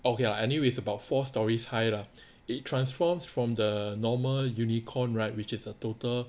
okay lah anyway about four stories high lah it transforms from the normal unicorn right which is a total